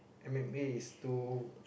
and maybe is too